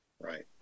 Right